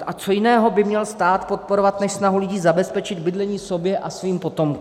A co jiného by měl stát podporovat než snahu lidí zabezpečit bydlení sobě a svým potomkům?